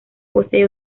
posee